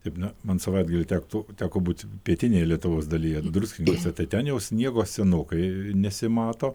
taip ne man savaitgalį tektų teko būti pietinėje lietuvos dalyje druskininkuose tai ten jau sniego senokai nesimato